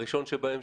הראשון שבהם,